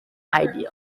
ideals